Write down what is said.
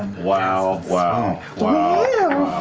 wow, wow, wow.